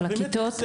של הכיתות.